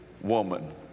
woman